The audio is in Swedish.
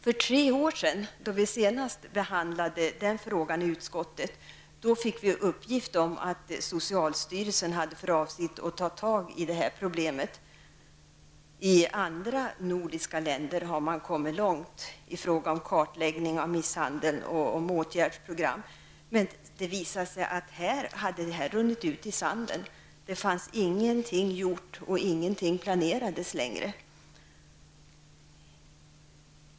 För tre år sedan, då vi senast behandlade frågan i utskottet, fick vi uppgift om att socialstyrelsen hade för avsikt att ta tag i problemet. I andra nordiska länder har man kommit långt i fråga om kartläggning av misshandeln och åtgärdsprogram. Men här hade det hela runnit ut i sanden. Ingenting var gjort och ingenting planerades.